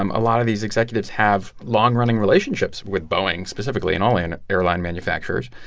um a lot of these executives have long-running relationships with boeing specifically and all and airline manufacturers.